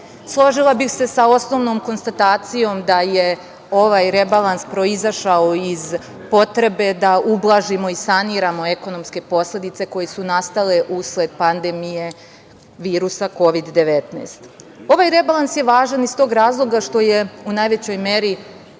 Složila bih se sa osnovnom konstatacijom da je ovaj rebalans proizašao iz potrebe da ublažimo i saniramo ekonomske posledice koje su nastale usled pandemije virusa Kovid 19.Ovaj rebalans je važan iz toga razloga što je u najvećoj meri